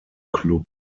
club